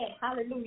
Hallelujah